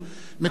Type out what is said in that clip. לכל סיעה.